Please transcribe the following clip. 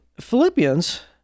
Philippians